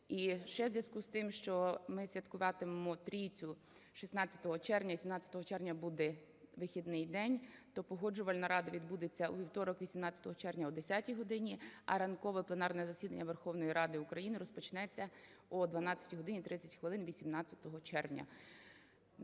І ще, в зв'язку з тим, що ми святкуватимемо Трійцю 16 червня, 17 червня буде вихідний день, то Погоджувальна рада відбудеться у вівторок 18 червня о 10 годині, а ранкове пленарне засідання Верховної Ради України розпочнеться о 12 годині 30 хвилин 18 червня.